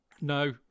No